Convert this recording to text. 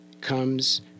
comes